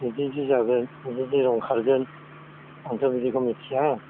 बिदि जे जागोन बिदि जे रं खारगोन आंथ' बिदिखौ मिथिया